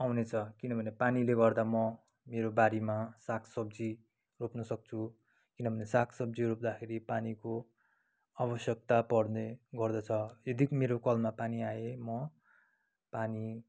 आउनेछ किनभने पानीले गर्दा म मेरो बारीमा सागसब्जी रोप्नुसक्छु किनभन्दा सागसब्जी रोप्दाखरि पानीको आवश्यकता पर्ने गर्दछ यदि मेरो कलमा पानी आए म पानी